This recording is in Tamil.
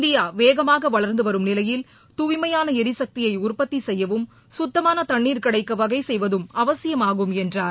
இந்தியா வேகமாக வளர்ந்து வரும் நிலையில் தூய்மையான எரிசக்தியை உற்பத்தி செய்யவும் சுத்தமான தண்ணீர் கிடைக்க வகை செய்வதும் அவசியமாகும் என்றார்